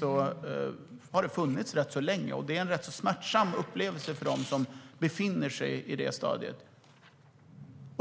Det har funnits rätt länge och är en rätt smärtsam upplevelse för dem som befinner sig i det stadiet.